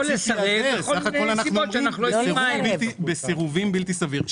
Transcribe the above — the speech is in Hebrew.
בסך הכול אנחנו אומרים בסירוב בלתי סביר.